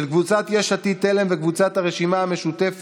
השר,